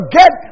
get